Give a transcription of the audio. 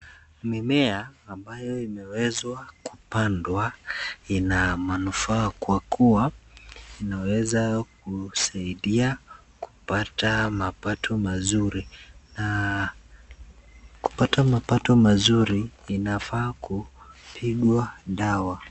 Mimea ambayo imewezwa kupandwa ina manufaa kwa kuwa inaweza kusaidia kupata mapato mazuri na kupata mapato mazuri inafaa kupigwa dawa.